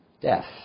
death